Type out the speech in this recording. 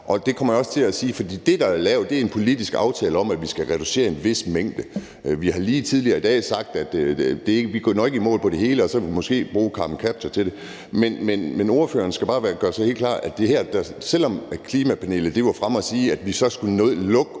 lavet, er en politisk aftale om, at vi skal reducere en vis mængde. Vi har lige tidligere i dag sagt, at vi nok ikke når i mål med det hele, og at vi så måske kan bruge carbon capture til det. Men ordføreren skal bare gøre sig helt klart, at selv om Klimapanelet var fremme og sige, at vi så skulle lukke